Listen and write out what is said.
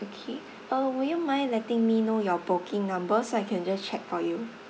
okay uh would you mind letting me know your booking number so I can just check for you